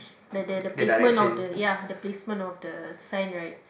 the the placement of the ya the placement of the sign right